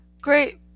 Great